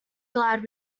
glad